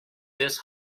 this